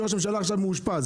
כי ראש הממשלה עכשיו מאושפז.